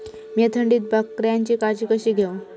मीया थंडीत बकऱ्यांची काळजी कशी घेव?